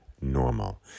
normal